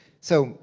so